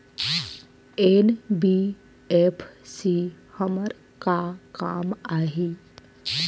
NBFC हमर का काम आही?